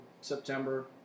September